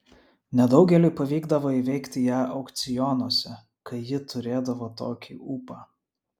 nedaugeliui pavykdavo įveikti ją aukcionuose kai ji turėdavo tokį ūpą